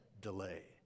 delay